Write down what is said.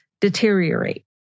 deteriorate